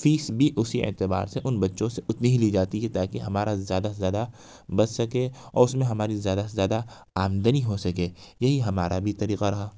face بھی اسی اعتبار سے ان بچوں سے اتنی ہی لی جاتی ہے تاکہ ہمارا زیادہ سے زیادہ بچ سکے اور اس میں ہماری زیادہ سے زیادہ آمدنی ہو سکے یہی ہمارا بھی طریقہ رہا